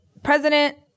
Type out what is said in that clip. president